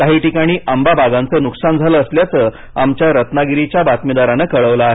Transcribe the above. काही ठिकाणी आंबा बागांचं नुकसान झालं असल्याचं आमच्या रत्नागिरीच्या बातमीदारानं कळवलं आहे